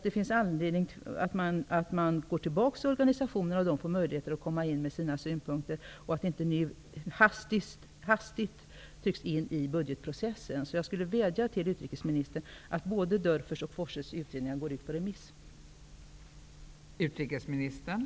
Det finns alltså anledning att gå tillbaka till organisationerna och ge dem möjliheter att komma med synpunkter, i stället för att hastigt ta in detta i budgetprocessen. Jag vädjar till utrikesministern att både Dörfers och Forsses utredningar skall gå ut på remiss.